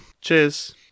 cheers